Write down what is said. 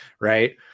right